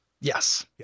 Yes